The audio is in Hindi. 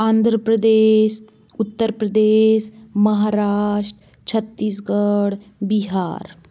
आंध्र प्रदेश उत्तर प्रदेश महाराष्ट्र छत्तीसगढ़ बिहार